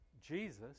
Jesus